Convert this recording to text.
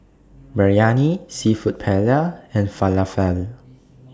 Biryani Seafood Paella and Falafel